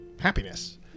happiness